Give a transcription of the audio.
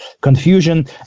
confusion